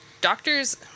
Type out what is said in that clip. doctors